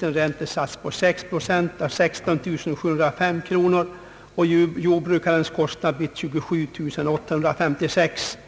en räntesats av sex procent blir industrins kostnader 16 705 kronor och jordbrukarens 27856.